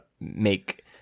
make